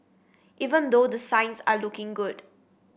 even though the signs are looking good